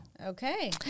Okay